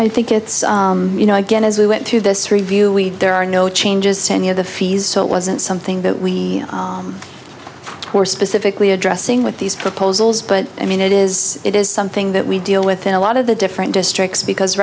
i think it's you know again as we went through this review we there are no changes to any of the fees so it wasn't something that we were specifically addressing with these proposals but i mean it is it is something that we deal with in a lot of the different districts because